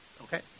Okay